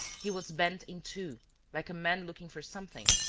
he was bent in two, like a man looking for something.